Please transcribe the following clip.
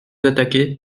attaquer